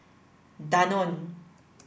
Danone